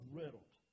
riddled